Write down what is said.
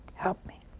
help me.